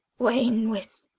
wane with